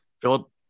Philip